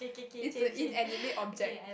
is an inanimate object